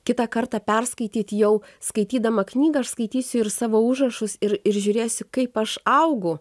kitą kartą perskaityt jau skaitydama knygą aš skaitysiu ir savo užrašus ir ir žiūrėsiu kaip aš augu